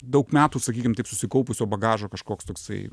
daug metų sakykim taip susikaupusio bagažo kažkoks toksai